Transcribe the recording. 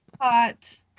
hot